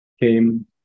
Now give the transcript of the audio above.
came